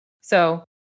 So-